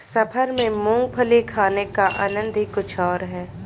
सफर में मूंगफली खाने का आनंद ही कुछ और है